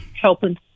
Helping